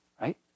right